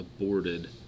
aborted